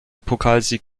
pokalsieg